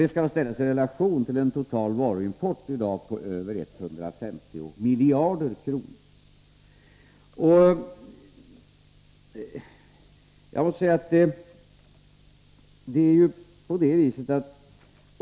Det skall då ställas i relation till en total varuimport i dag på över 150 miljarder kronor.